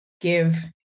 give